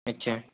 अच्छा